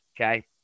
Okay